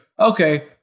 okay